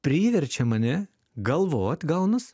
priverčia mane galvot gaunas